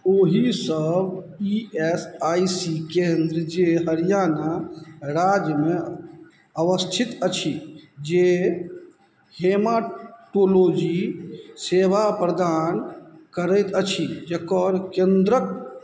ओहि सब E S I C केन्द्र जे हरियाणा राज्यमे अवस्थित अछि जे हेमाटोलॉजी सेवा प्रदान करैत अछि जकर केन्द्रके